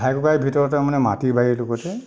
ভাই ককাই ভিতৰতে মানে মাটি বাৰীৰ লগতে